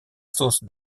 sauce